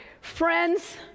Friends